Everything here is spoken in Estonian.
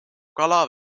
kala